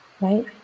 right